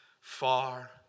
far